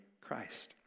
Christ